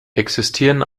existieren